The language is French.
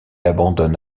abandonne